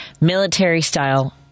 military-style